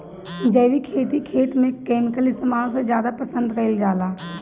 जैविक खेती खेत में केमिकल इस्तेमाल से ज्यादा पसंद कईल जाला